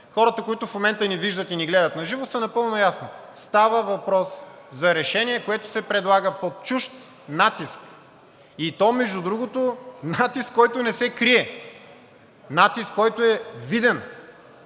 Хората, които в момента ни виждат и ни гледат наживо, са напълно наясно: става въпрос за решение, което се предлага под чужд натиск, и то, между другото, натиск, който не се крие, натиск, който е виден,